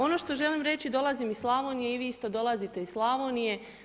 Ono što želim reći, dolazim iz Slavonije i vi isto dolazite iz Slavonije.